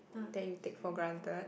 that you take for granted